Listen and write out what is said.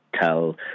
tell